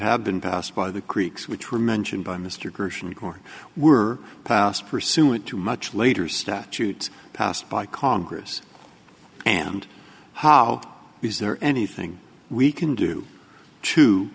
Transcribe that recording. have been passed by the creeks which were mentioned by mr gerson record were passed pursuant to much later statute passed by congress and how is there anything we can do to